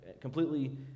completely